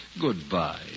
Goodbye